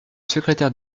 secrétaire